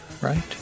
right